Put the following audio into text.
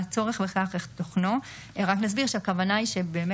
הרחבה, תודה רבה.